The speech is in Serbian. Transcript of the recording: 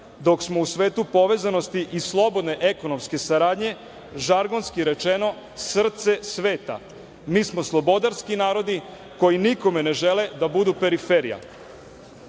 dok smo u svetu povezanosti i slobodne ekonomske saradnje, žargonski rečeno, srce sveta. Mi smo slobodarski narodi koji nikome ne žele da budu periferija. Upravo